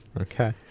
Okay